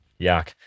Yuck